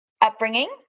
upbringing